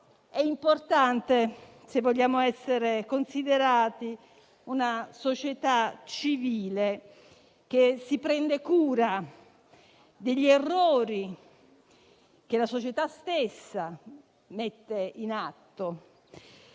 è importante, se vogliamo essere considerati una società civile, che si prende cura degli errori che la società stessa mette in atto.